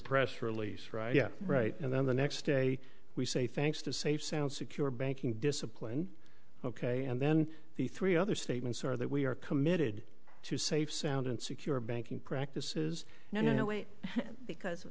press release right yeah right and then the next day we say thanks to safe sounds you're banking discipline ok and then the three other statements are that we are committed to safe sound and secure banking practices and in a way because